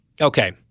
Okay